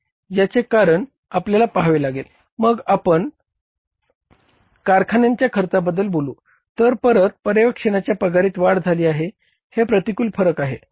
याचे कारण आपल्याला पहावे लागेल मग आपण कारखान्याच्या खर्चांबदला बोलू तर परत पर्यवेक्षणाच्या पगारीत वाढ झाली आहे हे प्रतिकूल फरक आहे